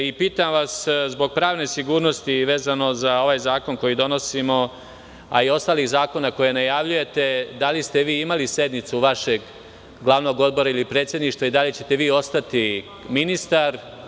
Pitam vas, zbog pravne sigurnosti, vezano za ovaj zakon koji donosimo, a i ostalih zakona koje najavljujete, da li ste vi imali sednicu vašeg glavnog odbora ili predsedništva i da li ćete vi ostati ministar?